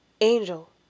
angel